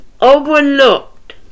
overlooked